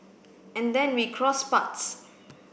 and then we crossed paths